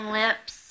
lips